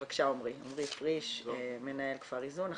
בבקשה עומרי פריש, מנהל כפר איזון.